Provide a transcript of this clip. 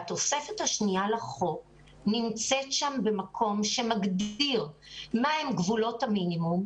התוספת השנייה לחוק נמצאת במקום שמגדיר מהם גבולות המינימום,